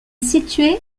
située